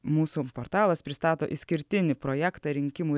mūsų portalas pristato išskirtinį projektą rinkimų